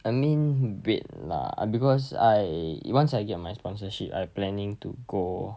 I mean wait lah because I once I get my sponsorship I planning to go